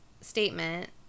statement